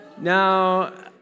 Now